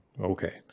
Okay